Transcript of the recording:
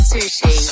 Sushi